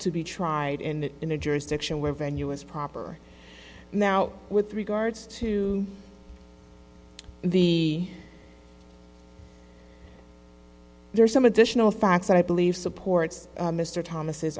to be tried in in a jurisdiction where venue is proper now with regards to the there are some additional facts i believe supports mr thomas